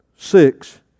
Six